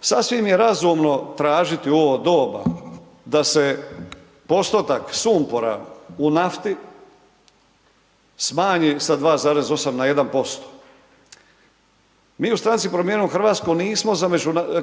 Sasvim je razumno tražiti u ovo doba, da se postotak sumpora u nafti smanji sa 2,8 na 1%. Mi u stranci Promijenimo Hrvatsku, nismo za